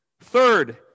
Third